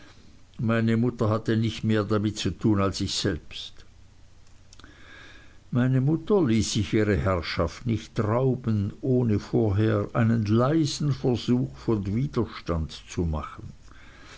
meine mutter hatte nicht mehr damit zu tun als ich selbst meine mutter ließ sich ihre herrschaft nicht rauben ohne vorher einen leisen versuch von widerstand zu machen